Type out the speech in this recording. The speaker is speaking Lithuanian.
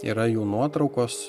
yra jų nuotraukos